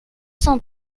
cent